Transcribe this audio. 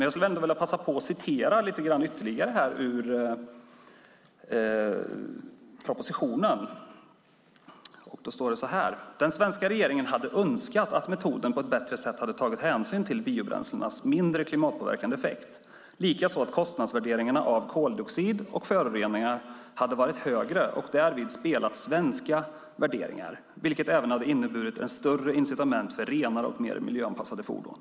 Jag skulle vilja passa på att återge lite grann ur propositionen: "Den svenska regeringen hade önskat, att metoden på ett bättre sätt hade tagit hänsyn till biobränslenas mindre klimatpåverkande effekt, likaså att kostnadsvärderingarna av koldioxid och föroreningar hade varit högre och därvid bättre speglat svenska värderingar, vilket även hade inneburit ett större incitament för renare och mer miljöanpassade fordon."